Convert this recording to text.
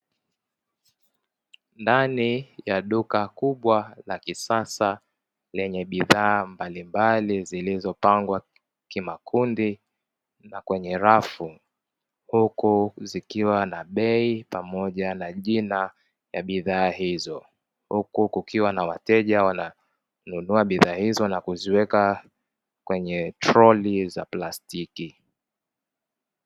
Ndani ya duka kubwa la kisasa lenye bidhaa mbalimbali zilizopangwa kimakundi na kwenye rafu huku zikiwa na bei pamoja na jina ya bidhaa hizo. Huku kukiwa na wateja wananunua bidhaa hizo na kuziweka kwenye troli za plastiki.